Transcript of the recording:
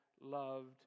loved